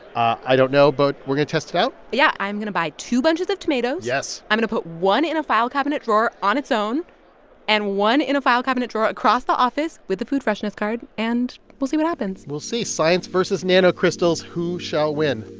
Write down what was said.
i don't know. but we're going to test it out yeah. i'm going to buy two bunches of tomatoes yes i'm going to put one in a file cabinet drawer on its own and one in a file cabinet drawer across the office with the food freshness card. and we'll see what happens we'll see. science versus nanocrystals. who shall win?